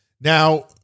Now